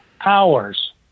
hours